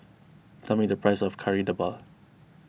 tell me the price of Kari Debal